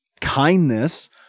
kindness